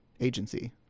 agency